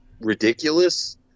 ridiculous